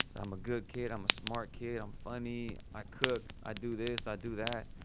i'm a good kid. i'm a smart kid. i'm funny. i cook. i do this. i do that.